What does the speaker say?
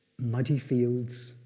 muddy fields,